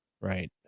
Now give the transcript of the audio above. right